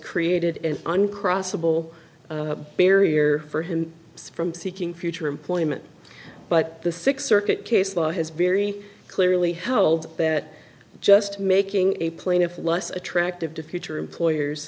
created an uncrossable barrier for him from seeking future employment but the six circuit case law has very clearly held that just making a plaintiff less attractive to future employers